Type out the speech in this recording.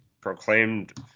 proclaimed—